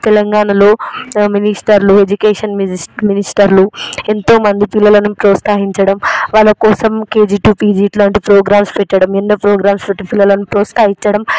తెలంగాణలో మినిస్టర్లు ఎడ్యుకేషన్ మినిస్టర్లు ఎంతో మంది పిల్లలని ప్రోత్సహించడం వాళ్ళ కోసం కేజీ టు పీజీ ఇలాంటి ప్రోగ్రామ్స్ పెట్టడం ఎన్నో ప్రోగ్రామ్స్ పెట్టి పిల్లలను ప్రోత్సహించడం